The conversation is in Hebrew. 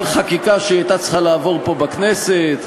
על חקיקה שהייתה צריכה לעבור פה בכנסת,